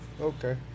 Okay